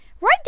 right